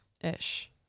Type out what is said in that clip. ish